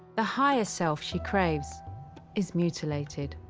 the higher self she craves is mutilated.